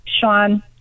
Sean